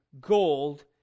gold